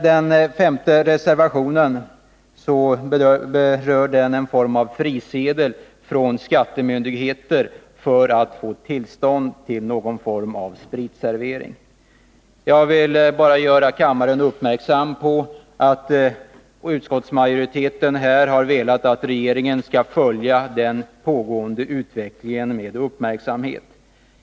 Den femte reservationen berör en form av frisedel från skattemyndigheter för tillstånd till någon form av spritservering. Jag vill bara göra kammaren uppmärksam på att utskottsmajoriteten har velat att regeringen skall följa den pågående utvecklingen med uppmärksamhet.